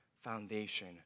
foundation